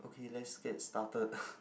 okay let's get started